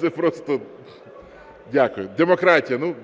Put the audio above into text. Це просто… Дякую, демократія.